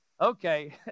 Okay